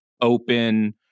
open